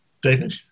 David